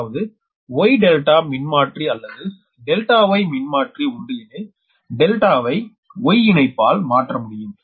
அதாவது Y ∆ மின்மாற்றி அல்லது ∆ Y மின்மாற்றி உண்டு எனில் ∆ வை Y இணைப்பால் மாற்ற முடியும்